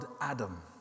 Adam